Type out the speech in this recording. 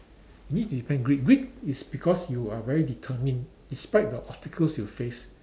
you need to depend grit grit is because you are very determined in spite the obstacles you face